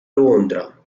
londra